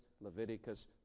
Leviticus